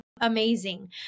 amazing